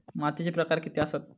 मातीचे प्रकार किती आसत?